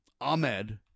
Ahmed